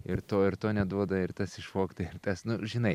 ir to ir to neduoda ir tas išvogta ir tas nu žinai